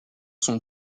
sont